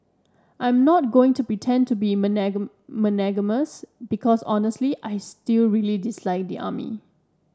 I'm not going to pretend to be magnanimous because honestly I still really dislike the army